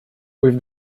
with